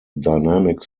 dynamic